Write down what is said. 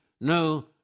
no